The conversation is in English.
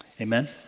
Amen